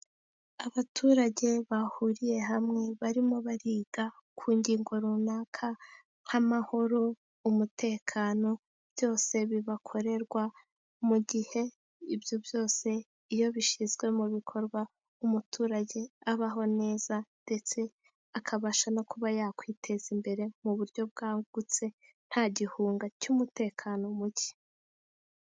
Abaturage bahuriye hamwe, barimo bariga ku ngingo runaka, nk'amahoro, umutekano, byose bibakorerwa mu gihe ibyo byose, iyo bishyizwe mu bikorwa, umuturage abaho neza ndetse akabasha no kuba yakwiteza imbere, mu buryo bwagutse, nta gihunga cy'umutekano muke.